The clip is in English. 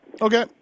Okay